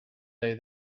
day